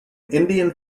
indian